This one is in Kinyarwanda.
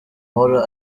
uhora